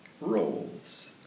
roles